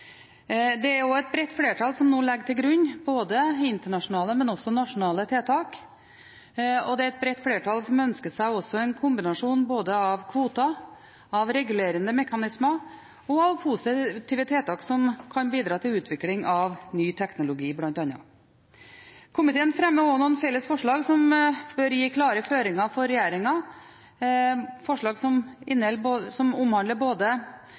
bra. Det er et bredt flertall som nå legger til grunn internasjonale, men også nasjonale tiltak. Det er et bredt flertall som også ønsker seg en kombinasjon av kvoter, av regulerende mekanismer og av positive tiltak som kan bidra til utvikling av bl.a. ny teknologi. Komiteen fremmer også noen felles forslag til vedtak som bør gi klare føringer for regjeringen – forslag som omhandler både